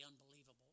unbelievable